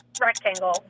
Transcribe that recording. rectangle